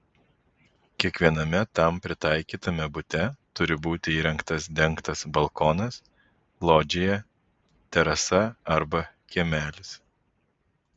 kiekviename tam pritaikytame bute turi būti įrengtas dengtas balkonas lodžija terasa arba kiemelis